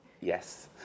Yes